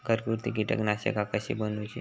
घरगुती कीटकनाशका कशी बनवूची?